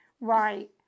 Right